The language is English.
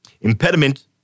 Impediment